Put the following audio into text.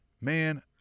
man